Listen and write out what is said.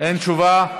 אין תשובה.